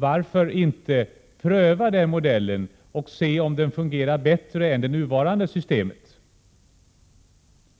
Varför inte pröva denna modell för att se om den fungerar bättre än det nuvarande systemet?